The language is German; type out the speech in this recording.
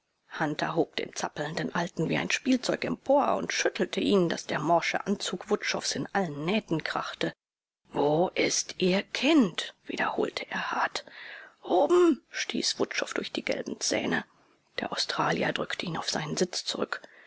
hunter hob den zappelnden alten wie ein spielzeug empor und schüttelte ihn daß der morsche anzug wutschows in allen nähten krachte wo ist ihr kind wiederholte er hart oben stieß wutschow durch die gelben zähne der australier drückte ihn auf seinen sitz zurück